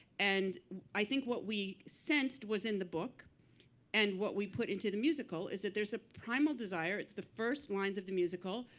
and i think what we sensed was in the book and what we put into the musical is that there's a primal desire. it's the first lines of the musical,